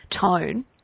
tone